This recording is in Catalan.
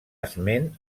esment